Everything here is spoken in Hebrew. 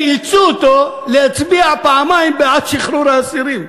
הם אילצו אותו להצביע פעמיים בעד שחרור האסירים,